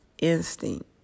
Instinct